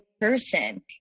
person